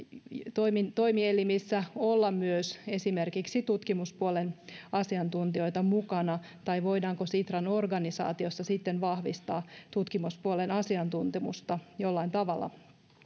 toimielimissä olla myös esimerkiksi tutkimuspuolen asiantuntijoita mukana tai voidaanko sitran organisaatiossa vahvistaa tutkimuspuolen asiantuntemusta jollain tavalla